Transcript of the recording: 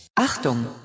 Achtung